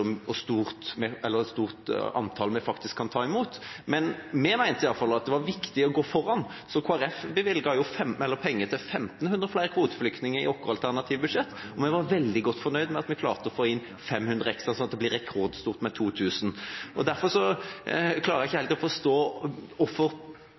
hvor stort antall vi faktisk kan ta imot. Men vi mente i alle fall at det var viktig å gå foran, så Kristelig Folkeparti bevilget jo penger til 1 500 flere kvoteflyktninger i vårt alternative budsjett. Vi var veldig godt fornøyd med at vi klarte å få inn 500 ekstra, sånn at det blir et rekordstort antall på 2 000. Derfor klarer jeg ikke